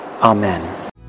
Amen